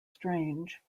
strange